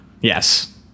Yes